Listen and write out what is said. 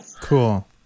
Cool